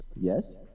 Yes